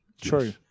True